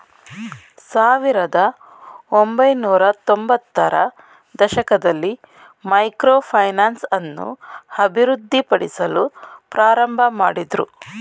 ಸಾವಿರದ ಒಂಬೈನೂರತ್ತೊಂಭತ್ತ ರ ದಶಕದಲ್ಲಿ ಮೈಕ್ರೋ ಫೈನಾನ್ಸ್ ಅನ್ನು ಅಭಿವೃದ್ಧಿಪಡಿಸಲು ಪ್ರಾರಂಭಮಾಡಿದ್ರು